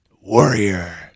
Warrior